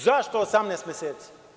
Zašto 18 meseci?